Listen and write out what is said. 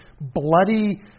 bloody